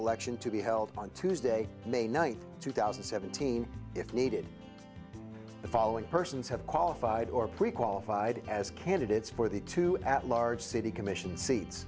election to be held on tuesday may ninth two thousand and seventeen if needed the following persons have qualified or pre qualified as candidates for the two at large city commission seats